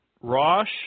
Rosh